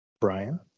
Brian